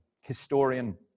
historian